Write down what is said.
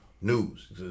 news